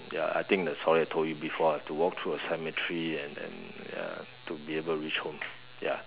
ya I think the story I told you before I had to walk through a cemetery and and ya to be able to reach home ya